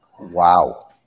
wow